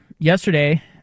Yesterday